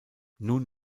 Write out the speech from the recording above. nun